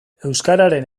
euskararen